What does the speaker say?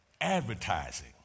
advertising